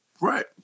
Right